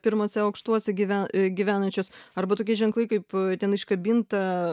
pirmuose aukštuose gyve gyvenančios arba tokie ženklai kaip ten iškabinta